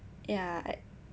ya I